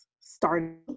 starting